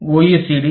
oh E C D